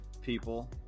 people